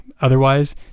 otherwise